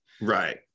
Right